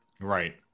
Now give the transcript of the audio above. Right